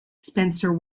spencer